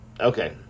Okay